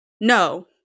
no